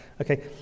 Okay